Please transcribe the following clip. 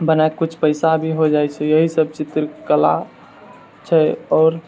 बना कए किछु पैसा भी हो जाइ छै यही सब चित्रकला छै आओर